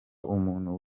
umuntu